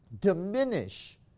diminish